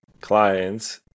clients